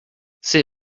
c’est